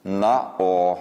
na o